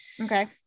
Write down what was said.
okay